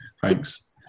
thanks